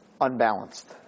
unbalanced